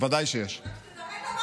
רק שתדע,